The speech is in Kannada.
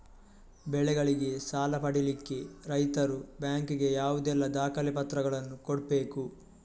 ಬೆಳೆಗಳಿಗೆ ಸಾಲ ಪಡಿಲಿಕ್ಕೆ ರೈತರು ಬ್ಯಾಂಕ್ ಗೆ ಯಾವುದೆಲ್ಲ ದಾಖಲೆಪತ್ರಗಳನ್ನು ಕೊಡ್ಬೇಕು?